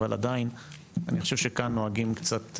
אבל עדיין אני חושב שכאן נוהגים קצת,